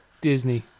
Disney